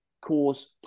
cause